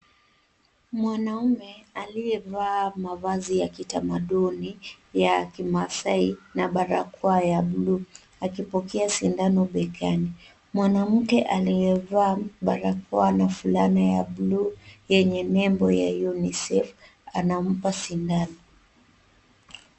Mwanaume aliyevaa mavazi ya kitamaduni ya kimaasai na barakoa ya buluu, akipokea sindano begani. Mwanamke aliyevaa barakoa na fulana ya buluu yenye nembo ya UNICEF anampa sindano.